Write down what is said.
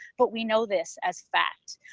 but we know this as fact.